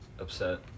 upset